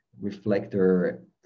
reflector